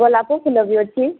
ଗୋଲାପ ଫୁଲ ବି ଅଛି